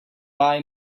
buy